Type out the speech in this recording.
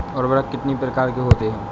उर्वरक कितनी प्रकार के होते हैं?